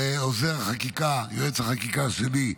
אני מודה ליועץ החקיקה שלי,